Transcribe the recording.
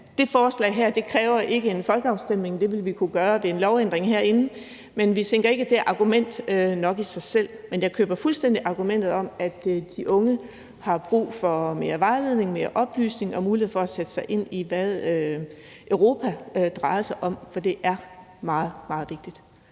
det forslag her ikke kræver en folkeafstemning – det ville vi kunne gøre med en lovændring herindefra – men vi tænker ikke, at det er argument nok i sig selv. Men jeg køber fuldstændig argumentet om, at de unge har brug for mere vejledning og mere oplysning og mulighed for at sætte sig ind i, hvad Europa drejer sig om, for det er meget, meget vigtigt.